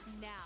Now